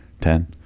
Ten